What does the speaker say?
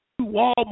Walmart